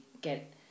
get